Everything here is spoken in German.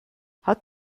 hat